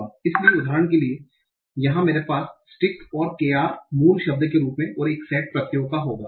इसलिए उदाहरण के लिए यहाँ मेरे पास stic और kr मूल शब्द के रूप और एक सेट प्रत्ययों का होगा